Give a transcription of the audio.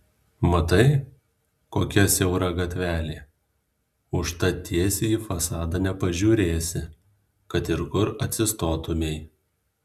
matai kokia siaura gatvelė užtat tiesiai į fasadą nepažiūrėsi kad ir kur atsistotumei